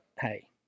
hey